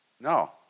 No